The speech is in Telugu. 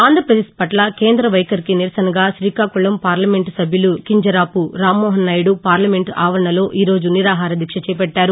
ఆంధ్రప్రదేశ్ పట్ల కేంద వైఖరికి నిరసనగా శ్రీకాకుళం పార్లమెంటు సభ్యులు కింజరాపు రామ్నోహన్ నాయుడు పార్లమెంటు ఆవరణలో ఈరోజు నిరాహార దీక్ష చేపట్టారు